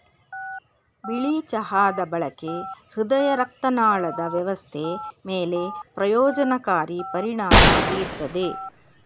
ಬಿಳಿ ಚಹಾದ ಬಳಕೆ ಹೃದಯರಕ್ತನಾಳದ ವ್ಯವಸ್ಥೆ ಮೇಲೆ ಪ್ರಯೋಜನಕಾರಿ ಪರಿಣಾಮ ಬೀರ್ತದೆ